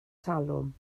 talwm